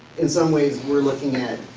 in some ways, we're looking at,